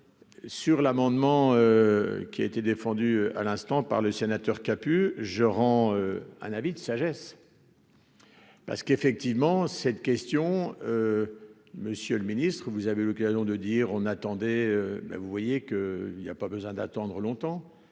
sur l'amendement qui a été défendu à l'instant par le sénateur kaput je rends un avis de sagesse parce qu'effectivement cette question Monsieur le Ministre, vous avez l'occasion de dire on attendait